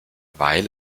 weil